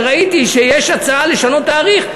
כשראיתי שיש הצעה לשנות תאריך,